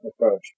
approach